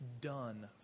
done